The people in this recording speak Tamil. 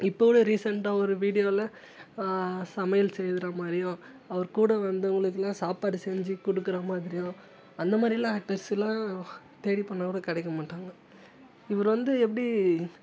இப்போ கூட ரீசெண்டாக ஒரு வீடியோவில சமையல் செய்யற மாதிரியும் அவர் கூட வந்தவங்களுக்கு எல்லாம் சாப்பாடு செஞ்சு கொடுக்குற மாதிரியும் அந்த மாதிரிலாம் ஆக்ட்டர்ஸ் எல்லாம் தேடி போனால் கூட கிடைக்க மாட்டாங்க இவர் வந்து எப்படி